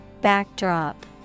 Backdrop